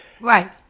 Right